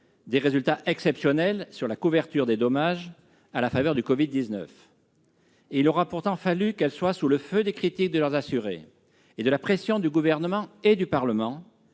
des résultats exceptionnels sur la couverture des dommages. Il aura pourtant fallu qu'elles soient sous le feu des critiques de leurs assurés et sous la pression du Gouvernement et du Parlement